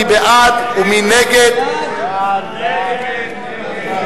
ההסתייגויות של קבוצת סיעת חד"ש לסעיף 26